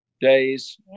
days